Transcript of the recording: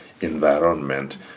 environment